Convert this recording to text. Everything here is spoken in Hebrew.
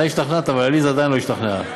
אתה השתכנעת, אבל עליזה עדיין לא השתכנעה.